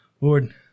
Lord